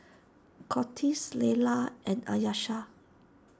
Cortez Laylah and Ayesha